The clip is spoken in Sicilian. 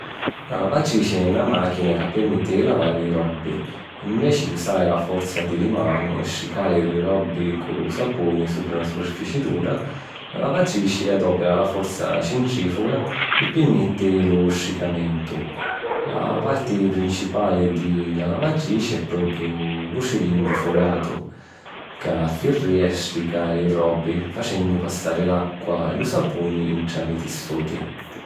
La lavatrici è na màchina ca pirmetti di lavari li robbi. ‘Nveci di usari la forza di li manu e stricari li robbi cu lu sapuni supra na superfici dura, la lavatrici adòpira la forza centrìfuga pi pirmèttiri lu stricamentu. La parti principali di la lavatrici è propiu lu cilindru foratu, ca firria e strica li robbi, facennu passari l’acqua e lu sapuni ntra li tissuti.